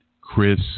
Chris